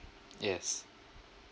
yes